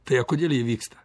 tai a kodėl jie vyksta